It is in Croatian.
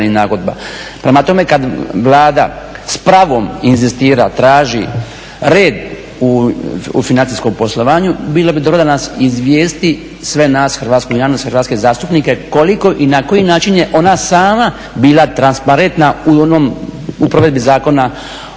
nagodbi. Prema tome, kad Vlada s pravom inzistira, traži red u financijskom poslovanju bilo bi dobro da nas izvijesti, sve nas hrvatsku javnost, hrvatske zastupnike koliko i na koji način je ona sama bila transparentna u provedbi Zakona